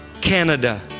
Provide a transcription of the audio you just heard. Canada